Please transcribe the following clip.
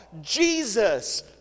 Jesus